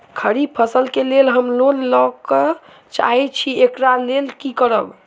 खरीफ फसल केँ लेल हम लोन लैके चाहै छी एकरा लेल की करबै?